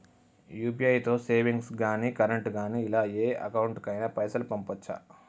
UPI తో savings గాని current గాని ఇలా ఏ అకౌంట్ కైనా పైసల్ పంపొచ్చా?